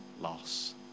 loss